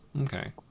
Okay